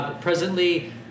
presently